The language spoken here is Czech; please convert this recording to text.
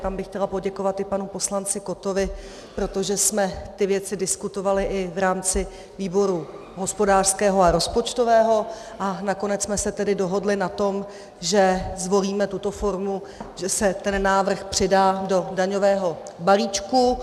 Tam bych chtěla poděkovat i panu poslanci Kottovi, protože jsme ty věci diskutovali i v rámci výboru hospodářského a rozpočtového, a nakonec jsme se tedy dohodli na tom, že zvolíme tuto formu, že se ten návrh přidá do daňového balíčku.